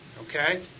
Okay